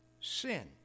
sin